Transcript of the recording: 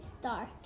dark